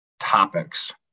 topics